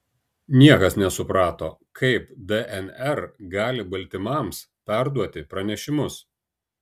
niekas nesuprato kaip dnr gali baltymams perduoti pranešimus